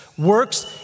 Works